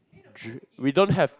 dr~ we don't have